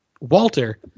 Walter